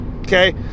okay